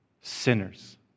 Sinners